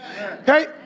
okay